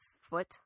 foot